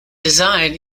design